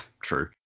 true